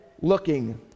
looking